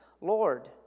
Lord